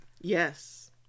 Yes